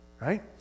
Right